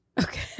Okay